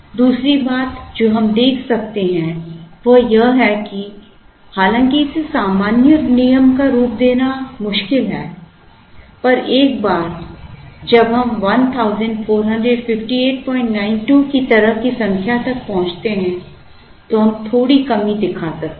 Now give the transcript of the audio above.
दूसरी बात जो हम देख सकते हैं वह यह है कि हालांकि इसे सामान्य नियम का रूप देना मुश्किल है पर एक बार जब हम 145892 की तरह की संख्या तक पहुँचते हैं तो हम थोड़ी कमी दिखा सकते हैं